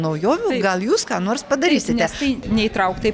naujovių gal jūs ką nors padarysite nes tai neįtraukta į